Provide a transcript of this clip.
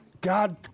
God